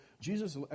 Jesus